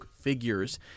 figures